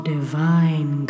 Divine